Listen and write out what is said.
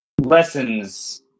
lessons